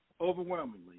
overwhelmingly